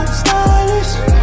stylish